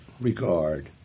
regard